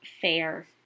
fair